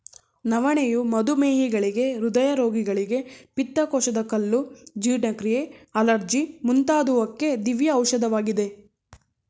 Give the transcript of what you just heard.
ನವಣೆಯು ಮಧುಮೇಹಿಗಳಿಗೆ, ಹೃದಯ ರೋಗಿಗಳಿಗೆ, ಪಿತ್ತಕೋಶದ ಕಲ್ಲು, ಜೀರ್ಣಕ್ರಿಯೆ, ಅಲರ್ಜಿ ಮುಂತಾದುವಕ್ಕೆ ದಿವ್ಯ ಔಷಧವಾಗಿದೆ